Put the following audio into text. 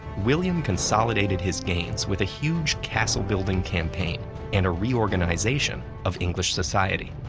william consolidated his gains with a huge castle-building campaign and a reorganization of english society.